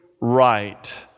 right